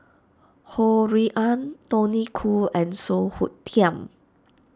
Ho Rui An Tony Khoo and Song Hoot Kiam